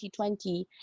2020